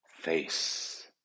face